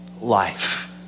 life